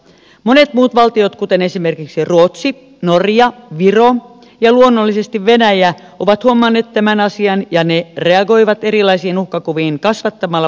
monet muut valtiot kuten esimerkiksi ruotsi norja viro ja luonnollisesti venäjä ovat huomanneet tämän asian ja ne reagoivat erilaisiin uhkakuviin kasvattamalla puolustusbudjettejaan